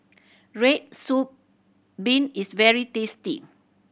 red soup bean is very tasty